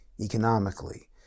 economically